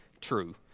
true